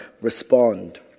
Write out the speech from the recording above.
respond